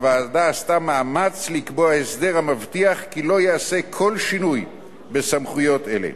הוועדה עשתה מאמץ לקבוע הסדר המבטיח כי לא ייעשה כל שינוי בסמכויות אלה.